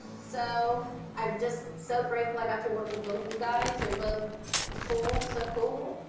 so i'm just so grateful i got to work with both you guys. you're both cool. so cool.